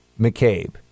McCabe